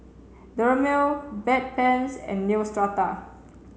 Dermale Bedpans and Neostrata